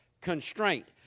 constraint